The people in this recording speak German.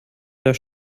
der